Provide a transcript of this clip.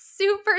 super